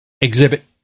exhibit